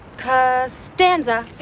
cosss-tanza